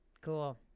Cool